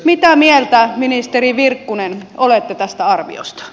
mitä mieltä ministeri virkkunen olette tästä arviosta